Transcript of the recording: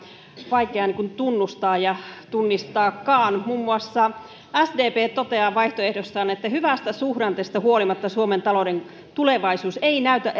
tunnustaa ja tunnistaakaan muun muassa sdp toteaa vaihtoehdossaan että hyvästä suhdanteesta huolimatta suomen talouden tulevaisuus ei näytä